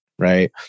right